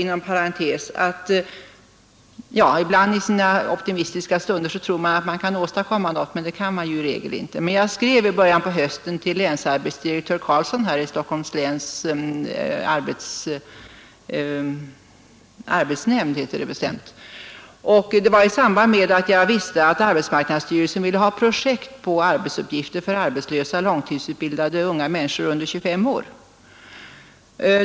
Inom parentes kanske jag får nämna — i sina optimistiska stunder tror man ju ibland att man kan åstadkomma någonting — att jag i början av hösten skrev till länsarbetsdirektör Karlsson i länsarbetsnämnden här i Stockholms län, eftersom jag visste att arbetsmarknadsstyrelsen ville ha projekt till arbetsuppgifter för arbetslösa långtidsutbildade personer under 25 år.